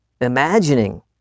imagining